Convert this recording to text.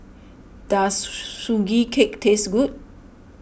does Sugee Cake taste good